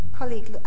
colleague